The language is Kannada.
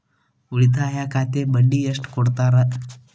ಉಳಿತಾಯ ಖಾತೆಗೆ ಬಡ್ಡಿ ಎಷ್ಟು ಕೊಡ್ತಾರ?